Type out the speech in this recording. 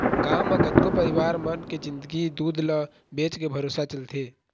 गांव म कतको परिवार मन के जिंनगी दूद ल बेचके भरोसा चलथे